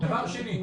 דבר שני,